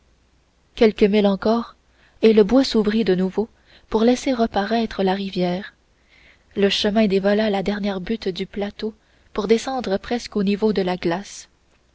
quelques milles encore et le bois s'ouvrit de nouveau pour laisser reparaître la rivière le chemin dévala la dernière butte du plateau pour descendre presque au niveau de la glace